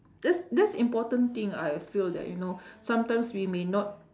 that's that's important thing I feel that you know sometimes we may not